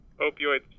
opioids